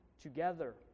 together